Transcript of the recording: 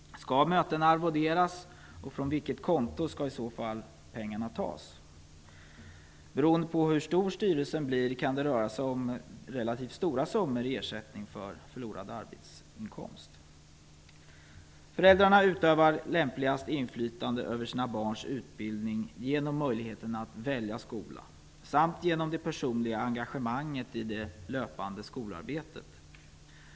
Skall mötena arvoderas och från vilket konto skall i så fall pengarna tas? Beroende på hur stor styrelsen blir kan det röra sig om relativt stora summor i ersättning för förlorad arbetsinkomst. Föräldrarna utövar lämpligast inflytande över sina barns utbildning genom möjligheten att välja skola samt genom det personliga engagemanget i det löpande skolarbetet.